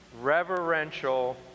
reverential